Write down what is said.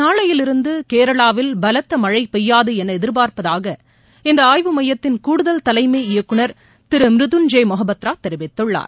நாளையிலிருந்து கேரளாவில் பலத்த மழை பெய்யாது என எதிர்பார்ப்பதாக இந்த ஆய்வு மையத்தின் கூடுதல் தலைமை இயக்குனர் திரு மிருத்யுங்ஞை மொகபத்ரா தெரிவித்துள்ளார்